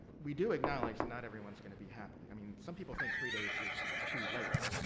we do acknowledge that not everyone's going to be happy. i mean, some people think three days is too late.